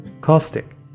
caustic